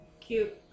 Cute